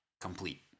complete